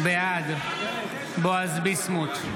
בעד בועז ביסמוט,